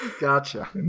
Gotcha